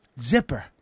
Zipper